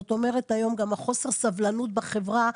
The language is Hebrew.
היום חוסר הסבלנות בחברה,